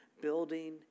building